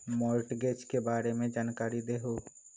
Mortgage के बारे में जानकारी देहु?